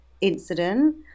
incident